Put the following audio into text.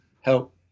help